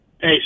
Hey